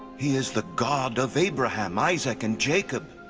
he is the god of abraham, isaac, and jacob.